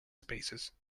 spaces